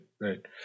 right